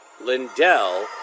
Lindell